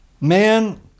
man